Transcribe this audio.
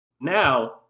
Now